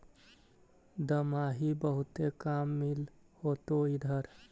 दमाहि बहुते काम मिल होतो इधर?